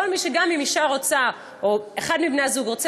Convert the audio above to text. גם אם אישה רוצה או אחד מבני-הזוג רוצה